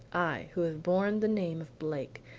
i, who have borne the name of blake,